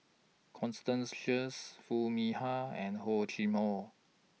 Constance Sheares Foo Mee Har and Hor Chim Or